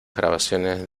grabaciones